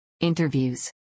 interviews